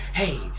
hey